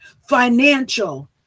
financial